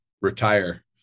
retire